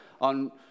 on